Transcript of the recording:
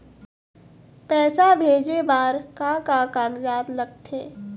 पैसा भेजे बार का का कागजात लगथे?